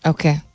Okay